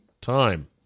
time